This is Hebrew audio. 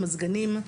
מזגנים,